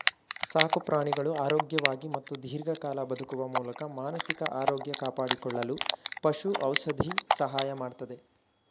ಸಾಕುಪ್ರಾಣಿಗಳು ಆರೋಗ್ಯವಾಗಿ ಮತ್ತು ದೀರ್ಘಕಾಲ ಬದುಕುವ ಮೂಲಕ ಮಾನಸಿಕ ಆರೋಗ್ಯ ಕಾಪಾಡಿಕೊಳ್ಳಲು ಪಶು ಔಷಧಿ ಸಹಾಯ ಮಾಡ್ತದೆ